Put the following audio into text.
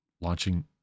launching